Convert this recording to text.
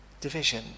division